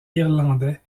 irlandais